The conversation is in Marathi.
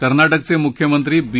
कर्नाटकचमुख्यमंत्री बी